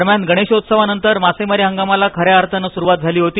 दरम्यान गणेशोत्सवानंतर मासेमारी हंगामाला खऱ्या अर्थाने सुरुवात झाली होती